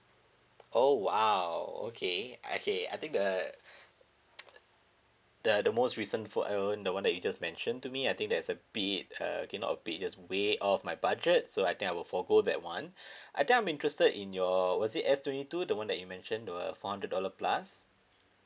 oh !wow! okay okay I think the the the most recent phone the one that you just mentioned to me I think that's a bit uh okay not a bit just way of my budget so I think I will forgo that one I think I'm interested in your was it S twenty two the one that you mentioned the uh four hundred dollar plus